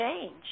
change